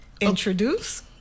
introduce